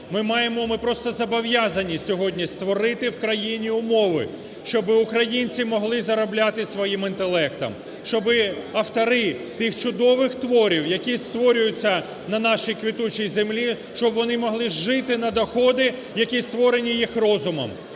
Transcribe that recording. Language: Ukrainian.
ми просто зобов'язані сьогодні створити в країні умови, щоб українці могли заробляти своїм інтелектом, щоб автори тих чудових творів, які створюються на нашій квітучій землі, щоб вони могли жити на доходи, які створені їх розумом.